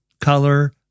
color